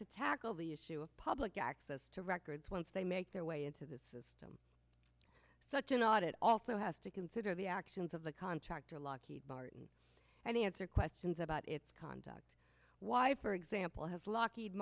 to tackle the issue of public access to records once they make their way into the system such an audit also has to consider the actions of the contractor lockheed martin and answer questions about its conduct why for example has lockheed